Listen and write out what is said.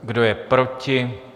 Kdo je proti?